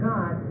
God